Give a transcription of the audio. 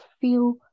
feel